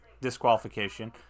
disqualification